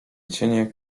cienie